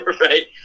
Right